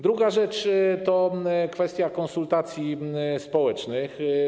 Druga rzecz to kwestia konsultacji społecznych.